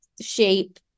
shape